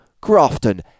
Grafton